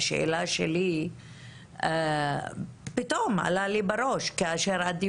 ההשלכות של להרגיש שאת במעקב כל הזמן,